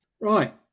right